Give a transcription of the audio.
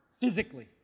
physically